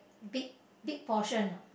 big big portion ah